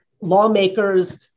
lawmakers